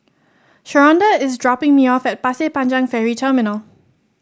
Sharonda is dropping me off at Pasir Panjang Ferry Terminal